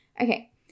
Okay